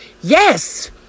Yes